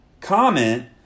comment